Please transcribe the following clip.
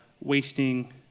wasting